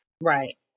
right